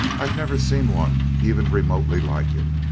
i've never seen one even remotely like it.